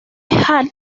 jarl